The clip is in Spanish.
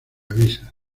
avisas